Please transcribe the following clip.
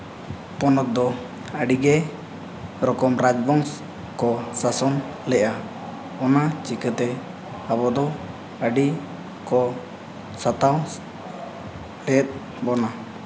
ᱯᱚᱱᱚᱛ ᱫᱚ ᱟᱹᱰᱤ ᱜᱮ ᱨᱚᱠᱚᱢ ᱨᱟᱡᱽ ᱵᱚᱝᱥ ᱠᱚ ᱥᱟᱥᱚᱱ ᱞᱮᱫᱼᱟ ᱚᱱᱟ ᱪᱤᱠᱟᱹᱛᱮ ᱟᱵᱚ ᱫᱚ ᱟᱹᱰᱤ ᱠᱚ ᱥᱟᱛᱟᱣ ᱞᱮᱫ ᱵᱚᱱᱟ